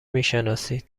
میشناسید